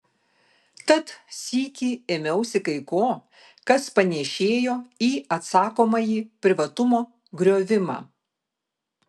tad sykį ėmiausi kai ko kas panėšėjo į atsakomąjį privatumo griovimą